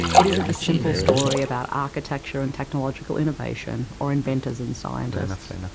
it isn't a simple story about architecture and technological innovation or inventors and scientists.